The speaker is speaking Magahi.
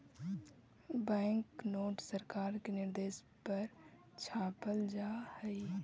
बैंक नोट सरकार के निर्देश पर छापल जा हई